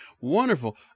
Wonderful